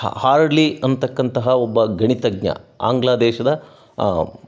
hardly ಅನ್ನತಕ್ಕಂತಹ ಒಬ್ಬ ಗಣಿತಜ್ಞ ಆಂಗ್ಲ ದೇಶದ